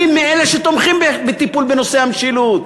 אני מאלה שתומכים בטיפול בנושא המשילות,